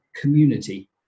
community